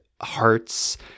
hearts